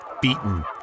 Beaten